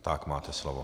Tak, máte slovo.